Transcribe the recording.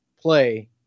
play